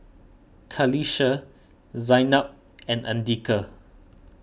Qalisha Zaynab and andika